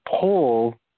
pull